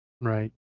Right